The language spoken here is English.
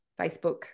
Facebook